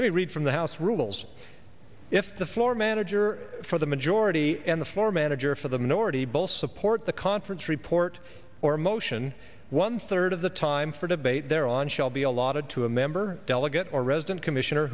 let me read from the house rules if the floor manager for the majority and the floor manager for the minority bowl support the conference report or motion one third of the time for debate there on shall be allotted to a member delegate or resident commission